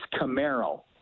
Camaro